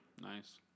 Nice